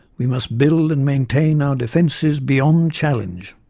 we must build and maintain our defenses beyond challenge.